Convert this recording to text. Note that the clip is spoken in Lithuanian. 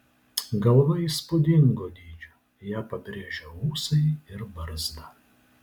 galva įspūdingo dydžio ją pabrėžia ūsai ir barzda